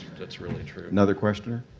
that's really true. another questioner.